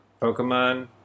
pokemon